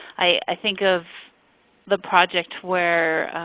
i think of the project where,